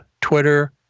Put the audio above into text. Twitter